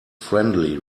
friendly